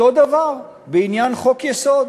אותו דבר בעניין חוק-היסוד.